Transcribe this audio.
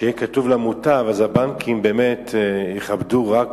שאם כתוב "למוטב", הבנקים באמת יכבדו רק